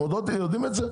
אתם יודעים את זה?